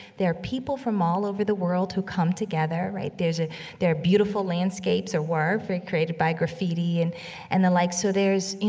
there are people from all over the world who come together, right? there's a there are beautiful landscapes or were created by graffiti and and the like. so there's,